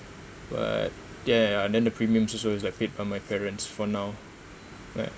but yeah yeah yeah then the premiums also it's like paid by my parents for now like